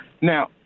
Now